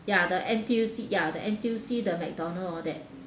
ya the N_T_U_C ya the N_T_U_C the mcdonald all that